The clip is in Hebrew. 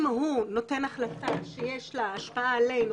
אם הוא נותן החלטה שיש לה השפעה עלינו,